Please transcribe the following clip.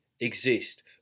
exist